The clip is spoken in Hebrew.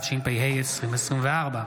התשפ"ה 2024,